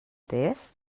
test